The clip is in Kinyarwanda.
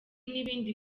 n’ibindi